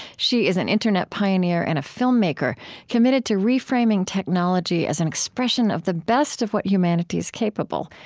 she is an internet pioneer and a filmmaker committed to reframing technology as an expression of the best of what humanity is capable,